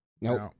Nope